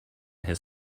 his